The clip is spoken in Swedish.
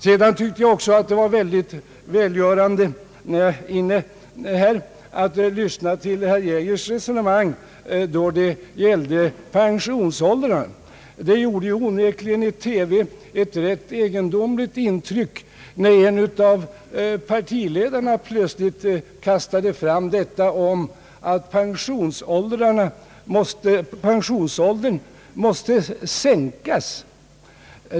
Jag tycker också att det var mycket välgörande att här få lyssna till herr Geijers resonemang om pensionsåldrarna. Det gjorde onekligen i TV ett rätt egendomligt intryck, när en av partiledarna plötsligt kastade fram att pensionsåldern måste sänkas.